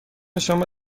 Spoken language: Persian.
شما